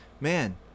man